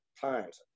times